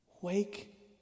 wake